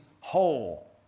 whole